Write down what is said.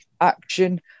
action